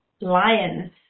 Lions